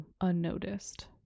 unnoticed